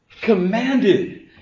commanded